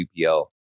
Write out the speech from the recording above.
UPL